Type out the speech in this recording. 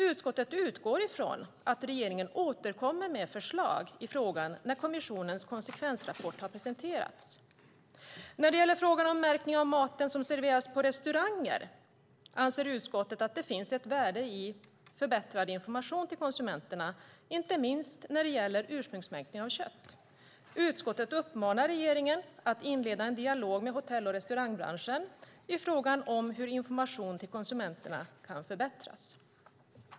Utskottet utgår ifrån att regeringen återkommer med förslag i frågan när kommissionens konsekvensrapport har presenterats. När det gäller frågan om märkning av maten som serveras på restauranger anser utskottet att det finns ett värde i förbättrad information till konsumenterna, inte minst när det gäller ursprungsmärkning av kött. Utskottet uppmanar regeringen att inleda en dialog med hotell och restaurangbranschen i frågan om hur informationen till konsumenterna kan förbättras.